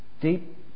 Deep